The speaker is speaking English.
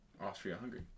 Austria-Hungary